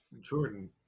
Jordan